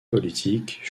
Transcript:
politique